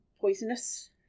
poisonous